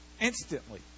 instantly